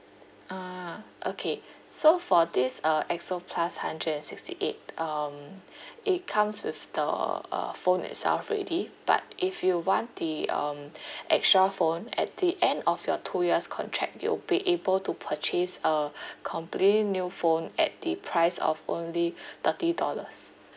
ah okay so for this uh X O plus hundred and sixty eight um it comes with the uh phone itself already but if you want the um extra phone at the end of your two years contract you'll be able to purchase a completely new phone at the price of only thirty dollars